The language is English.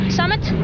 summit